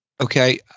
Okay